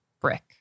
brick